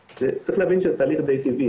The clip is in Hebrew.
צריך להבין שזה תהליך די טבעי.